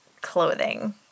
clothing